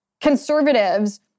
conservatives